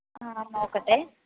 ആ നോക്കട്ടെ